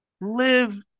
live